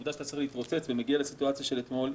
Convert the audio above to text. העובדה שאתה צריך להתרוצץ ומגיע לסיטואציה של אתמול,